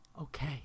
okay